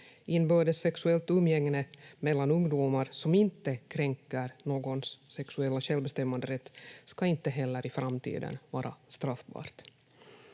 Inbördes sexuellt umgänge mellan ungdomar som inte kränker någons sexuella självbestämmanderätt ska inte heller i framtiden vara straffbart.